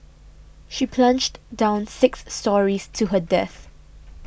she plunged down six storeys to her death